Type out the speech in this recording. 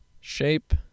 shape